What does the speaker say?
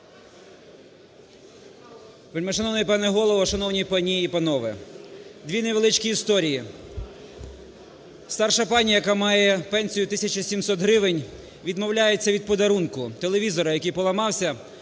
Дві невеличкі історії. Старша пані, яка має пенсію 1700 гривень, відмовляється від подарунку – телевізора, який поламався,